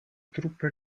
truppe